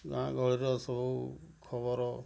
ଗାଁ ଗହଳିର ସବୁ ଖବର